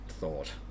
thought